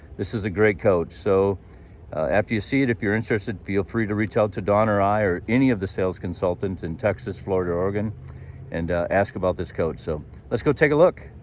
this is a great coach. so after you see it, if you're interested, feel free to reach out to dawn, or i, or any of the sales consultants in texas, florida, or oregon and ask about this coach. so let's go take a look.